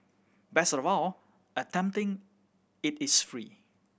best of all attempting it is free